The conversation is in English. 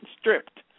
Stripped